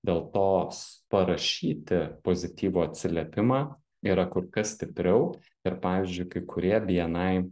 dėl tos parašyti pozityvų atsiliepimą yra kur kas stipriau ir pavyzdžiui kai kurie bni